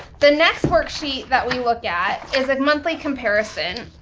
the next worksheet that we look at is a monthly comparison.